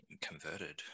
converted